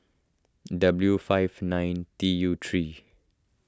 W five nine T U three